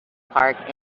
park